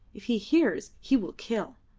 if he hears he will kill.